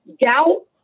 doubt